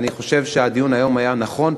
אני חושב שהדיון היום היה נכון,